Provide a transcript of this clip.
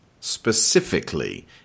specifically